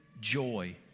joy